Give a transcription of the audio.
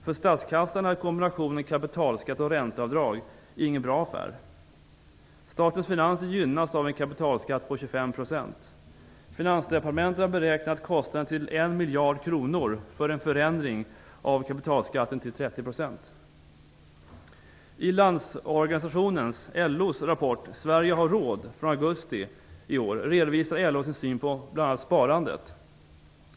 För statskassan är kombinationen kapitalskatt och ränteavdrag ingen bra affär. Statens finanser gynnas av en kapitalskatt på 25 %. Finansdepartementet har beräknat kostnaden till I Landsorganisationens rapport Sverige har råd, från augusti i år, redovisar LO sin syn på bl.a. sparandet.